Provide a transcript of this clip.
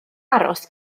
aros